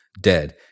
Dead